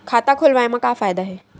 खाता खोलवाए मा का फायदा हे